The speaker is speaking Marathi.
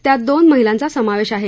त्यात दोन महिलांचा समावेश आहे